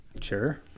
Sure